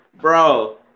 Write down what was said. Bro